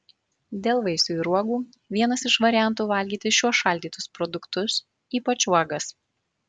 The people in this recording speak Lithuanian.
dėl vaisių ir uogų vienas iš variantų valgyti šiuos šaldytus produktus ypač uogas